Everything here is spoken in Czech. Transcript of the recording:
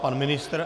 Pan ministr?